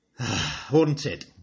Haunted